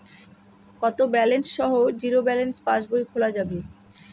কত ব্যালেন্স সহ zero balance পাসবই খোলা যাবে?